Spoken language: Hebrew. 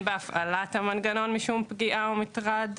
בהפעלת המנגנון משום פגיעה או מטרד",